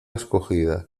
escogida